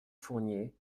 fournier